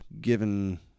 given